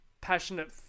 passionate